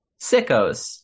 sickos